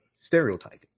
stereotyping